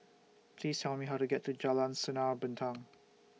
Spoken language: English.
Please Tell Me How to get to Jalan Sinar Bintang